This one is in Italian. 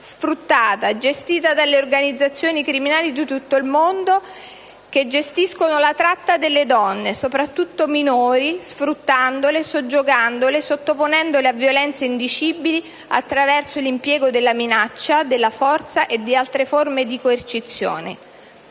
sfruttata, gestita dalle organizzazioni criminali di tutto il mondo, che gestiscono la tratta delle donne, soprattutto minori, sfruttandole, soggiogandole e sottoponendole a violenze indicibili attraverso l'impiego della minaccia, della forza e di altre forme di coercizione.